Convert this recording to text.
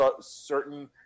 certain